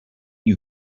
you